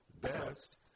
best